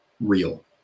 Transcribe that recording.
real